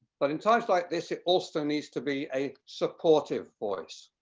but in times like this it also needs to be a supportive voice.